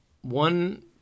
one